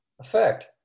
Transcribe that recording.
effect